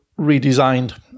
redesigned